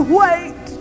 wait